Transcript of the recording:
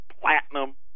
platinum